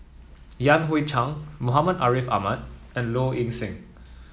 Yan Hui Chang Muhammad Ariff Ahmad and Low Ing Sing